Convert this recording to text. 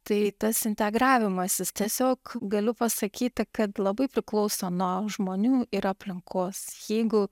tai tas integravimasis tiesiog galiu pasakyti kad labai priklauso nuo žmonių ir aplinkos jeigu